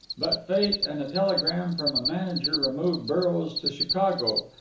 but fate and a telegram from a manager removed burrows to chicago,